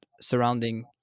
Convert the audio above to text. surrounding